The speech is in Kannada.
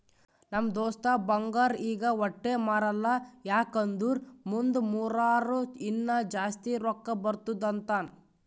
ನಮ್ ದೋಸ್ತ ಬಂಗಾರ್ ಈಗ ವಟ್ಟೆ ಮಾರಲ್ಲ ಯಾಕ್ ಅಂದುರ್ ಮುಂದ್ ಮಾರೂರ ಇನ್ನಾ ಜಾಸ್ತಿ ರೊಕ್ಕಾ ಬರ್ತುದ್ ಅಂತಾನ್